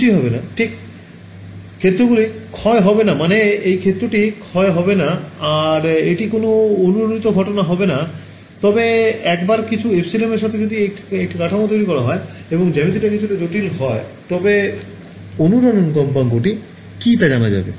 কিছুই হবে না ঠিক ক্ষেত্রগুলির ক্ষয় হবে না মানে এই ক্ষেত্রটির ক্ষয় হবে না আর এটি কোন অনুরণিত ঘটনা হবে না তবে একবার কিছু epsilonএর সাথে যদি একটি কাঠামো তৈরি করা হয় এবং জ্যামিতিটি কিছুটা জটিল হয়ে যায় তবে অনুরণন কম্পাঙ্ক টি কী তা জানা যাবে